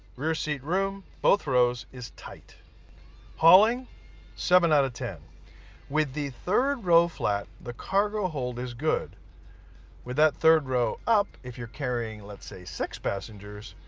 rear seat room both rows is tight hauling seven out of ten with the third row flat the cargo hold is good with that third row up if you're carrying. let's say six passengers.